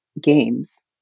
games